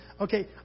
okay